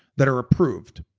that are approved.